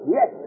Yes